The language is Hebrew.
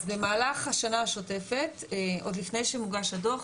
במהלך השנה השוטפת עוד לפני שמוגש הדוח,